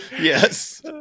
Yes